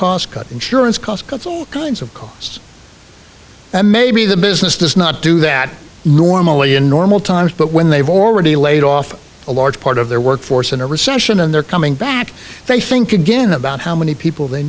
cost cut insurance cost cuts all kinds of costs and maybe the business does not do that normally in normal times but when they've already laid off a large part of their workforce in a recession and they're coming back they think again about how many people they